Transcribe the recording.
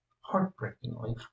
heartbreakingly